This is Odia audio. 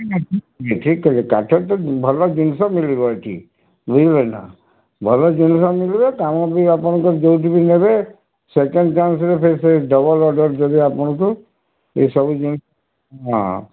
ଠିକ୍ ଅଛି କାଠରେ ତ ଭଲ ଜିନିଷ ମିଳିବ ଏଠି ବୁଝିଲେ ନା ଭଲ ଜିନିଷ ମିଳିବେ କାମ ବି ଆପଣଙ୍କ ଯେଉଁଠି ବି ନେବେ ସେକେଣ୍ଡ ଚାନ୍ସରେ ସେ ଡବଲ ଅର୍ଡ଼ର ଯଦି ଆପଣଙ୍କୁ ଏସବୁ ଜିନିଷ ହଁ